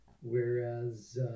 whereas